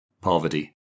poverty